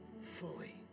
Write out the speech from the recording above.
fully